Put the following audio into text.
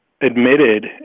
admitted